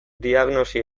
diagnosi